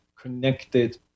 connected